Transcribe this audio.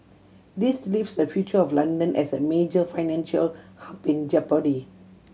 this leaves the future of London as a major financial hub in jeopardy